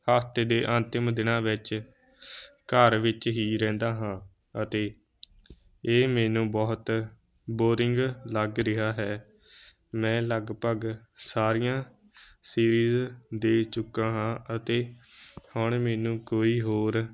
ਹਫ਼ਤੇ ਦੇ ਅੰਤਿਮ ਦਿਨਾਂ ਵਿੱਚ ਘਰ ਵਿੱਚ ਹੀ ਰਹਿੰਦਾ ਹਾਂ ਅਤੇ ਇਹ ਮੈਨੂੰ ਬਹੁਤ ਬੋਰਿੰਗ ਲੱਗ ਰਿਹਾ ਹੈ ਮੈਂ ਲਗਭਗ ਸਾਰੀਆਂ ਸੀਰੀਜ ਦੇਖ ਚੁੱਕਾ ਹਾਂ ਅਤੇ ਹੁਣ ਮੈਨੂੰ ਕੋਈ ਹੋਰ